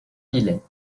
billet